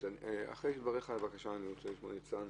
אחרי דבריך אני רוצה לשאול את ניצן,